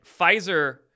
Pfizer